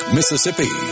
Mississippi